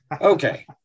Okay